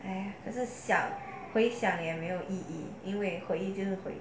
!hais! 可是想回想也没有意义因为回丢了